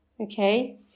okay